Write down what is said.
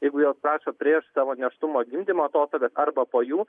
jeigu jos prašo prieš savo nėštumo ar gimdymo atostogas arba po jų